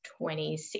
26